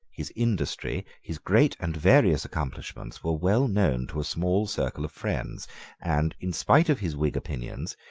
his industry, his great and various accomplishments, were well known to a small circle of friends and, in spite of his whig opinions,